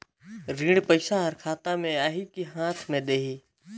ऋण पइसा हर खाता मे आही की हाथ मे देही?